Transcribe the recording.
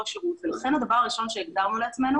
שירות ולכן הדבר הראשון שהגדרנו לעצמנו